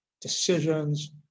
decisions